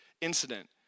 incident